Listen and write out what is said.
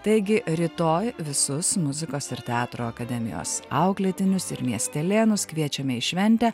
taigi rytoj visus muzikos ir teatro akademijos auklėtinius ir miestelėnus kviečiame į šventę